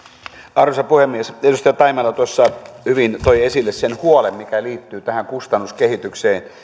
arvoisa puhemies edustaja taimela toi hyvin esille sen huolen mikä liittyy tähän kustannuskehitykseen